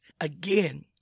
Again